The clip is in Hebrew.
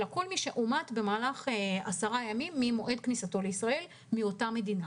אלא כל מי שאומת במהלך עשרה ימים ממועד כניסתו לישראל מאותה מדינה.